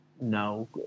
No